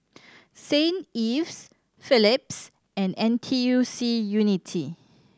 Saint Ives Phillips and N T U C Unity